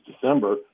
December